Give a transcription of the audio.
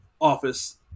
office